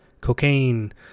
Cocaine